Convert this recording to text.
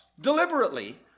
deliberately